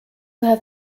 have